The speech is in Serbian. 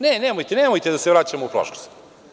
Ne, nemojte da se vraćamo u prošlost.